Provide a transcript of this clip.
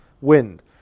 wind